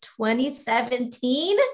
2017